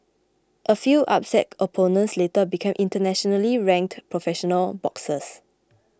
a few upset opponents later became internationally ranked professional l boxers